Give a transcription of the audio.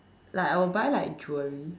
like I will buy like jewelry